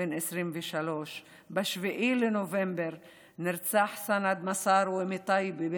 בן 23. ב-7 בנובמבר נרצח סנד מסארוה מטייבה,